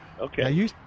Okay